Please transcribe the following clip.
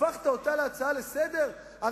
הפכת אותה להצעה לסדר-היום?